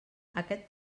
aquest